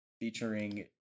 featuring